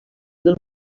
del